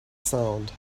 sound